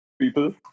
people